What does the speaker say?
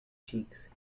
cheeks